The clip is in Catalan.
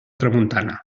tramuntana